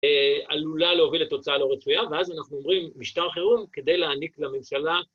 עלולה להוביל לתוצאה לא רצויה, ואז אנחנו אומרים 'משטר חירום' כדי להעניק לממשלה